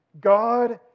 God